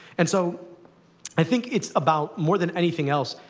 and so i think it's about, more than anything else,